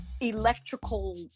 electrical